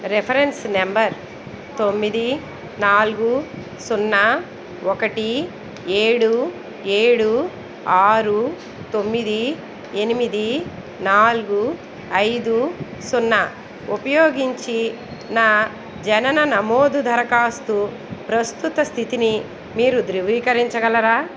reference number తొమ్మిది నాలుగు సున్నా ఒకటి ఏడు ఏడు ఆరు తొమ్మిది ఎనిమిది నాలుగు ఐదు సున్నా ఉపయోగించి నా జనన నమోదు దరఖాస్తు ప్రస్తుత స్థితిని మీరు ధృవీకరించగలరా